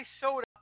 soda